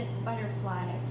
butterfly